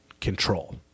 control